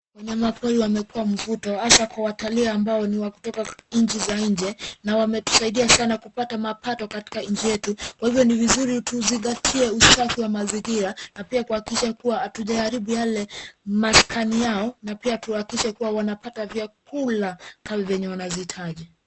Wanyamapori wamekuwa mvuto hasaa kwa watalii ambao ni wa kutoka nchi za nje na wametusaidia sana kupata mapato katika nchi yetu, kwa hivyo ni vizuri tuuzingatie usafi wa mazingira na pia kuhakikisha kuwa hatujaharibu yale maskani yao na pia tuhakikishe kuwa wanapata vyakula wanazohitaji.